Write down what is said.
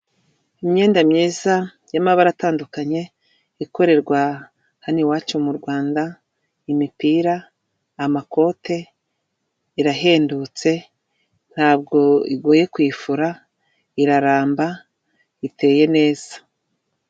Imyenda myiza y'amabara atandukanye ikorerwa hano i wacu mu Rwanda; imipira, amakote irahendutse ntabwo igoye kuyifura. Iraramba iteye neza.